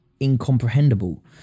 incomprehensible